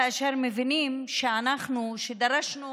כאשר מבינים, אנחנו, שדרשנו